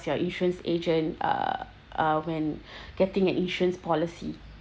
your insurance agent uh uh when getting an insurance policy